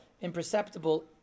imperceptible